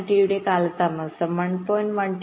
9T യുടെ കാലതാമസം 1